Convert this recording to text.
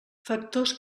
factors